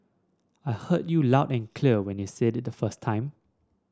I heard you loud and clear when you said it the first time